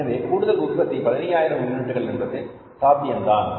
எனவே கூடுதல் உற்பத்தி பதினையாயிரம் யூனிட்டுகள் என்பது சாத்தியம்தான்